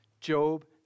Job